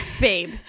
Babe